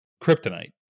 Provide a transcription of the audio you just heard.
kryptonite